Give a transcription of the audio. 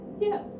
Yes